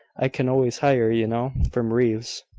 i can always hire, you know, from reeves.